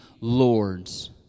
Lords